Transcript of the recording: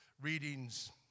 readings